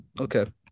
Okay